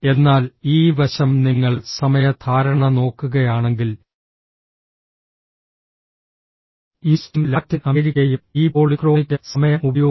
എന്നാൽ ഈ വശം നിങ്ങൾ സമയ ധാരണ നോക്കുകയാണെങ്കിൽ ഈസ്റ്റും ലാറ്റിൻ അമേരിക്കയും ഈ പോളിക്രോണിക് സമയം ഉപയോഗിക്കുന്നു